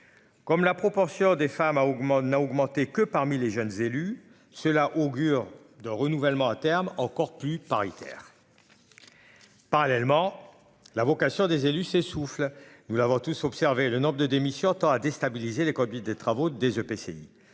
Comme la proportion des femmes a augment n'a augmenté que parmi les jeunes élus cela augure de renouvellement à terme encore plus paritaire. Parallèlement. La vocation des élus s'essouffle. Nous l'avons tous observé le nombre de démissions tend à déstabiliser les copies des travaux des EPCI